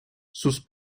sus